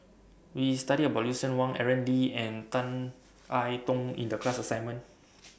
We studied about Lucien Wang Aaron Lee and Tan I Tong in The class assignment